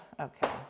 okay